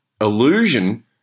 illusion